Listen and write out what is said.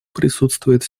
присутствует